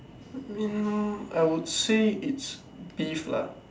me I would say it's beef lah